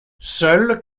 seuls